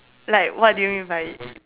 like what do you mean by it